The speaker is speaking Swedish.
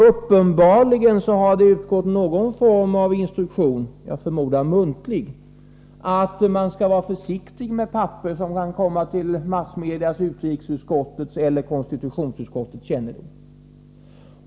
Uppenbarligen har det utgått någon form av instruktion — jag förmodar muntlig — om att man skall vara försiktig med papper som kan komma till massmedias, utrikesutskottets eller konstitutionsutskottets kännedom.